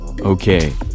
Okay